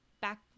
back